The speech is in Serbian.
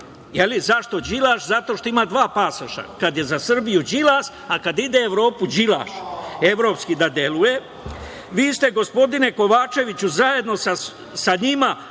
Đilaš. Zašto Đilaš? Zato što ima dva pasoša. Kada je za Srbiju Đilas, a kada ide u Evropu Đilaš. Evropski da deluje. Vi ste gospodine Kovačeviću zajedno sa njima